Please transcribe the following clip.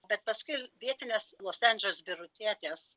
bet paskui vietinės los anžels birutietės